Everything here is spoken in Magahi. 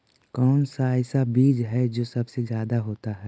कौन सा ऐसा बीज है जो सबसे ज्यादा होता है?